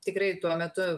tikrai tuo metu